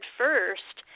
first